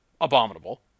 abominable